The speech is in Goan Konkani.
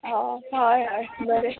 हय हय हय बरें